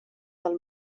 del